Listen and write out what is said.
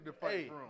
hey